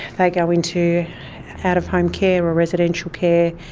they go into out-of-home care or residential care,